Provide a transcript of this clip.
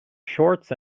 shorts